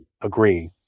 agree